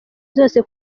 zose